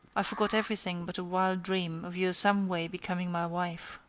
i forgot everything but a wild dream of your some way becoming my wife.